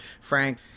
Frank